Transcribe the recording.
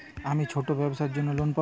আমি ছোট ব্যবসার জন্য লোন পাব?